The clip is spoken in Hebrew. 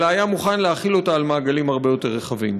אלא היה מוכן להחיל אותה על מעגלים הרבה יותר רחבים.